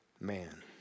man